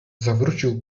zawrócił